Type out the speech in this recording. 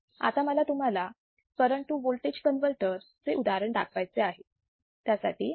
आता मला तुम्हाला करण टू वोल्टेज कन्वर्टर चे उदाहरण दाखवायचे आहे